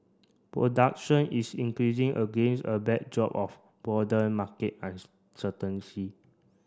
production is increasing against a backdrop of broader market uncertainty